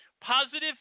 Positive